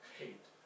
hate